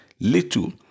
little